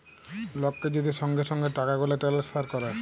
লককে যদি সঙ্গে সঙ্গে টাকাগুলা টেলেসফার ক্যরে